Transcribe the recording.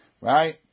Right